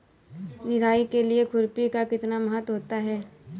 निराई के लिए खुरपी का कितना महत्व होता है?